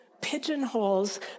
pigeonholes